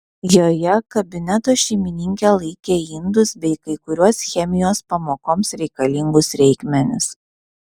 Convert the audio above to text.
joje kabineto šeimininkė laikė indus bei kai kuriuos chemijos pamokoms reikalingus reikmenis